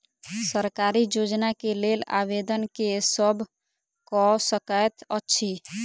सरकारी योजना केँ लेल आवेदन केँ सब कऽ सकैत अछि?